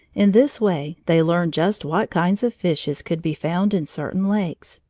in this way they learned just what kinds of fishes could be found in certain lakes,